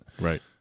right